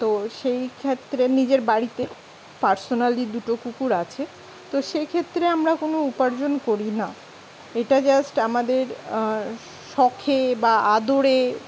তো সেই ক্ষেত্রে নিজের বাড়িতে পার্সোনালি দুটো কুকুর আছে তো সেক্ষেত্রে আমরা কোনো উপার্জন করি না এটা জাস্ট আমাদের শখে বা আদরে